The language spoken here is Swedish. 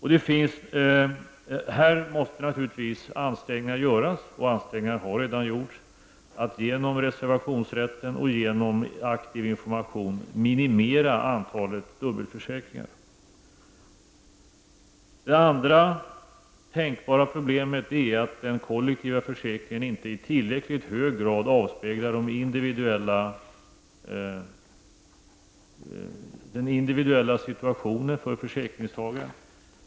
Här måste naturligtvis ansträngningar göras, och har redan gjorts, för att genom reservationsrätten och genom aktiv information minimera antalet dubbelförsäkringar. Det andra tänkbara problemet är att den kollektiva hemförsäkringen inte i tillräckligt hög grad avspeglar den individuella situationen för försäkringstagaren.